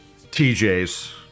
TJ's